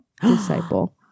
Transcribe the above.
Disciple